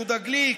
יהודה גליק,